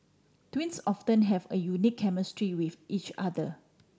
twins often have a unique chemistry with each other